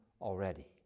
already